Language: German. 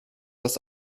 das